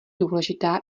důležitá